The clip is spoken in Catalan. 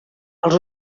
els